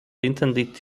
intended